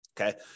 Okay